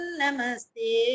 namaste